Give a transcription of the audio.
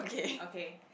okay